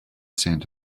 scent